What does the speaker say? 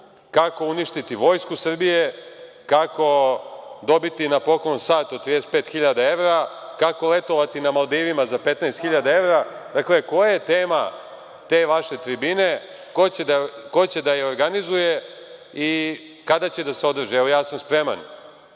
kako uništiti Vojsku Srbije, kako dobiti na poklon sat od 35 hiljada evra, kako letovati na Maldivima za 15 hiljada evra? Dakle, koja je tema te vaše tribine, ko će da je organizuje i kada će da se održi? Evo, ja sam spreman